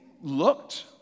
looked